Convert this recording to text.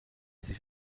sich